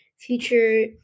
future